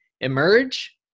emerge